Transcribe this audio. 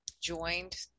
joined